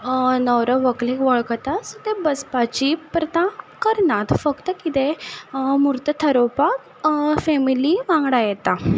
न्हवरो व्हंकलेक वळखता सो ते बसपाची प्रथा करना फक्त कितें म्हूर्त थरोवपाक फॅमिली वांगडा येता